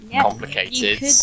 complicated